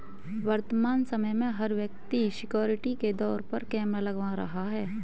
वर्तमान समय में, हर व्यक्ति सिक्योरिटी के तौर पर कैमरा लगवा रहा है